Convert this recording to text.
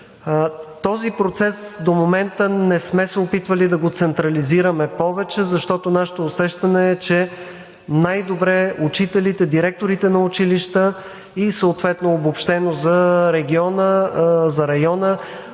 Този процес до момента не сме се опитвали да го централизираме повече, защото нашето усещане е, че най-добре учителите, директорите на училища и съответно обобщено за региона, за района,